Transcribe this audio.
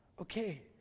okay